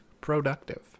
productive